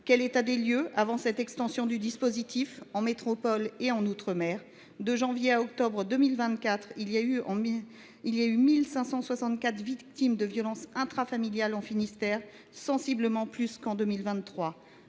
quel état des lieux dressez vous avant l’extension du dispositif en métropole et en outre mer ? De janvier à octobre 2024, on dénombre 1 564 victimes de violences intrafamiliales en Finistère, soit sensiblement plus qu’en 2023.